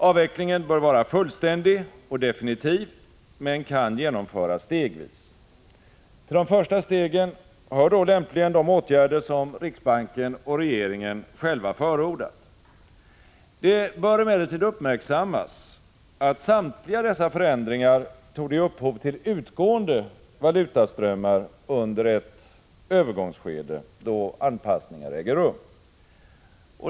Avvecklingen bör vara fullständig och definitiv men kan genomföras stegvis. Till de första stegen hör då lämpligen de åtgärder som riksbanken och regeringen själva förordat. Det bör emellertid uppmärksammas att samtliga dessa förändringar torde ge upphov till utgående valutaströmmar under ett övergångsskede, då anpassningar äger rum.